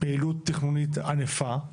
פעילות תכנונית ענפה,